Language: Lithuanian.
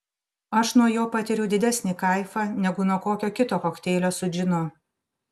aš nuo jo patiriu didesnį kaifą negu nuo kokio kito kokteilio su džinu